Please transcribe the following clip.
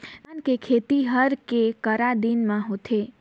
धान के खेती हर के करा दिन म होथे?